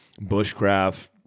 bushcraft